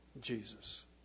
Jesus